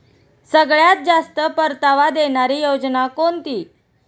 सगळ्यात जास्त परतावा देणारी योजना कोणती?